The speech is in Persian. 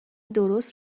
درست